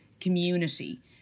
community